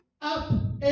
up